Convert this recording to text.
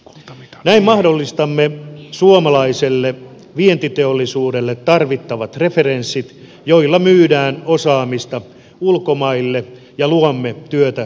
näin mahdollistamme suomalaiselle vientiteollisuudelle tarvittavat referenssit joilla myydään osaamista ulkomaille ja luomme työtä suomalaisille työntekijöille